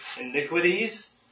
iniquities